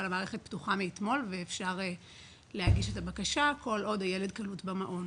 אבל המערכת פתוחה מאתמול ואפשר להגיש את הבקשה כל עוד הילד קלוט במעון.